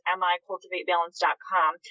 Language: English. micultivatebalance.com